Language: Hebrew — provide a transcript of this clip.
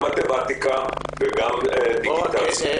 גם מתמטיקה וגם דיגיטציה.